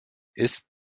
ist